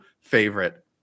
favorite